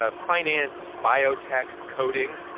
ah finance, biotech, coding.